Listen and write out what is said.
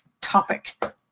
topic